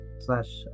slash